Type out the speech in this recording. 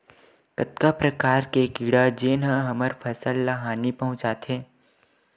कतका प्रकार के कीड़ा जेन ह हमर फसल ल हानि पहुंचाथे?